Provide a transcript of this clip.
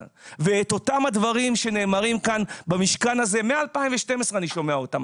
ואותם הדברים שנאמרים כאן במשכן הזה מ-2012 אני שומע אותם.